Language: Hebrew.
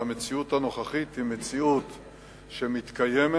והמציאות הנוכחית היא מציאות שמתקיימת,